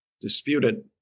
disputed